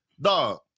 dog